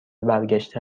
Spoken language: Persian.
برگشته